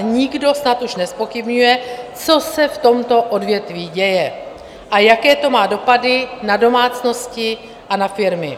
Nikdo snad už nezpochybňuje, co se v tomto odvětví děje a jaké to má dopady na domácnosti a na firmy.